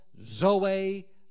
Zoe